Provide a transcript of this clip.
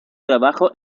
trabajo